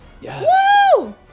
yes